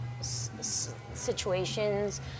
situations